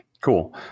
Cool